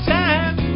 time